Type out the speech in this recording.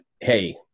hey